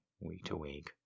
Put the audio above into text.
week-to-week